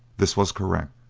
this was correct.